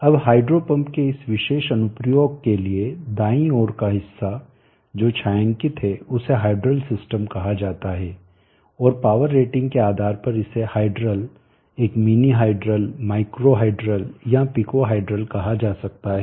अब hydro pump के इस विशेष अनुप्रयोग के लिए दाईं ओर का हिस्सा जो छायांकित है उसे हायड्रल सिस्टम कहा जाता है और पावर रेटिंग के आधार पर इसे हायड्रल एक मिनी हायड्रल माइक्रो हायड्रल या पिको हायड्रल कहा जा सकता है